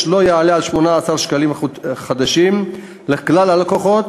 לא יעלה על 18 שקלים חדשים לכלל הלקוחות,